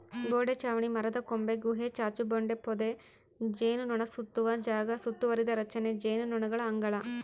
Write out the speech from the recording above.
ಗೋಡೆ ಚಾವಣಿ ಮರದಕೊಂಬೆ ಗುಹೆ ಚಾಚುಬಂಡೆ ಪೊದೆ ಜೇನುನೊಣಸುತ್ತುವ ಜಾಗ ಸುತ್ತುವರಿದ ರಚನೆ ಜೇನುನೊಣಗಳ ಅಂಗಳ